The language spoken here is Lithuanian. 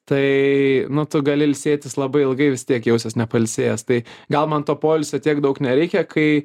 tai nu tu gali ilsėtis labai ilgai vis tiek jausies nepailsėjęs tai gal man to poilsio tiek daug nereikia kai